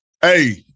hey